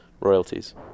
royalties